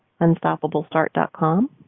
unstoppablestart.com